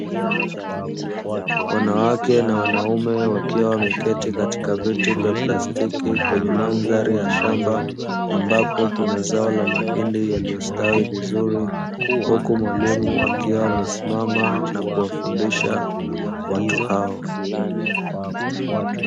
Wanawake na wanaume wakiwa wameketi katika viti vya plastiki kwenye madhari ya shamba, ambapo Kuna zao la mahindi yaliyo stawi vizuri, huku mwalimu akiwa amesimama na kuwafundisha watu hao.